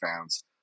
fans